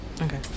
okay